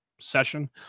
session